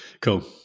cool